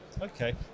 Okay